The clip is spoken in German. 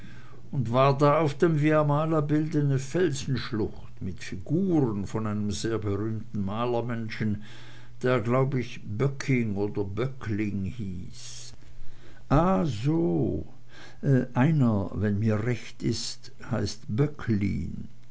und war da auf dem via mala bilde ne felsenschlucht mit figuren von einem sehr berühmten malermenschen der glaub ich böcking oder böckling hieß ah so einer wenn mir recht ist heißt böcklin